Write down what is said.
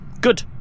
Good